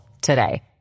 today